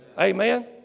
Amen